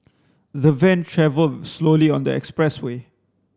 the van travelled slowly on the expressway